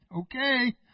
okay